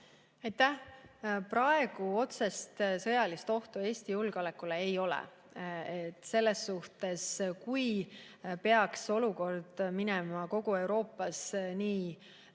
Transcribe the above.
Aitäh! Praegu otsest sõjalist ohtu Eesti julgeolekule ei ole. Selles suhtes, kui olukord peaks minema kogu Euroopas nii